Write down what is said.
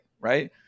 Right